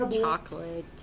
chocolate